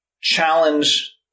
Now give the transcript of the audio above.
challenge